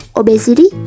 obesity